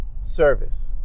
service